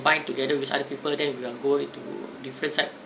~bine together with other people then we will go into different side